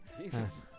Jesus